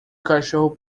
cachorro